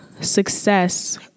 success